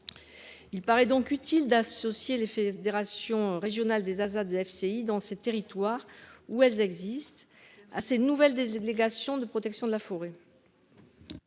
Il paraît donc utile d'associer les fédérations régionales des ASA de DFCI, dans les territoires où elles existent, à ces nouvelles délégations de protection de la forêt.